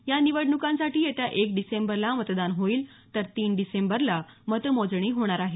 या निवडणुकांसाठी येत्या एक डिसेंबरला मतदान होईल तर तीन डिसेंबरला मतमोजणी होणार आहे